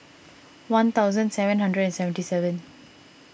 one thousand seven hundred seventy seven